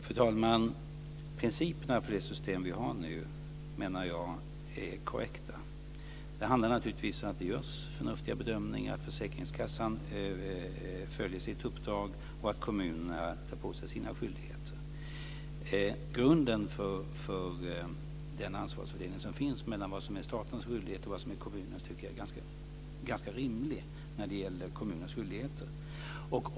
Fru talman! Jag menar att principerna för det system som vi nu har är korrekta. Det handlar naturligtvis om att det görs förnuftiga bedömningar, att försäkringskassan följer sitt uppdrag och att kommunerna tar på sig sina skyldigheter. Grunden för den ansvarsfördelning som finns mellan vad som är statens skyldighet och vad som är kommunernas skyldigheter är ganska rimlig.